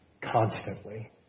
constantly